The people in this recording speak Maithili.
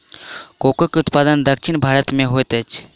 कोको के उत्पादन दक्षिण भारत में होइत अछि